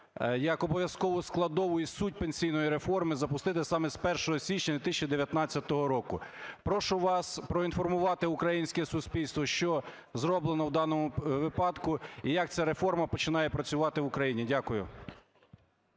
як обов'язкову складову і суть пенсійної реформи запустити саме з 1 січня 2019 року. Прошу вас проінформувати українське суспільство, що зроблено у даному випадку і як ця реформа починає працювати в Україні. Дякую.